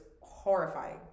horrifying